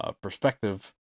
perspective